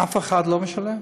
אף אחד לא משלם.